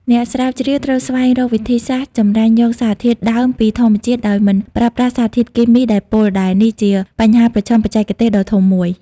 អ្នកស្រាវជ្រាវត្រូវស្វែងរកវិធីសាស្ត្រចម្រាញ់យកសារធាតុដើមពីធម្មជាតិដោយមិនប្រើប្រាស់សារធាតុគីមីដែលពុល ដែលនេះជាបញ្ហាប្រឈមបច្ចេកទេសដ៏ធំមួយ។